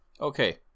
okay